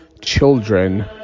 children